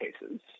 cases